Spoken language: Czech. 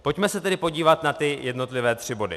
Pojďme se tedy podívat na ty jednotlivé tři body.